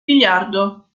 biliardo